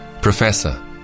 Professor